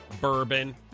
Bourbon